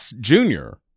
junior